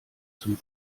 zum